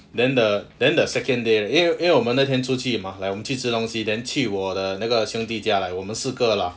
then the then the second day 因为我们那天出去 mah like 我们去吃东西 then 去我的那个兄弟家 like 我们四个 lah